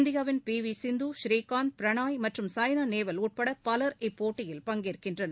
இந்தியாவின் பிவிசிந்து ஸ்ரீகாந்த் பிரணாய் மற்றும் சாய்னாநேவால் உட்படபலர் இப்போட்டியில் பங்கேற்கின்றனர்